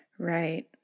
Right